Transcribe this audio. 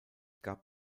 gab